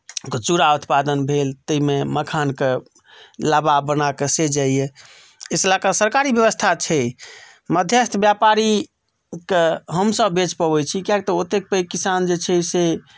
तऽ चूड़ा उत्पादन भेल ताहिमे मखानके लावा बनाके से जाइए ईसभ लऽ कऽ सरकारी व्यवस्था छै मध्यस्थ व्यापारीकेँ हमसभ बेचि पबैत छी किएक तऽ ओतेक पैघ किसान जे छै से